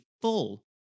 full